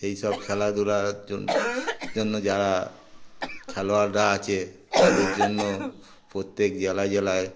এইই সব খেলাধুলার জন্য জন্য যারা খেলোয়াড়রা আছে তাদের জন্য প্রত্যেক জেলায় জেলায়